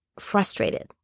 Frustrated